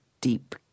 deep